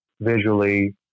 visually